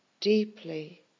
Deeply